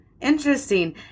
Interesting